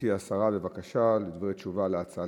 גברתי השרה, בבקשה, דברי תשובה על ההצעות